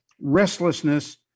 Restlessness